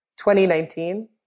2019